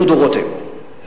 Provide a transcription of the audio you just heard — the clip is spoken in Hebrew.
דודו רותם,